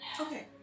Okay